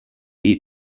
eat